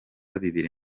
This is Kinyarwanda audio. bibiri